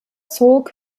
zog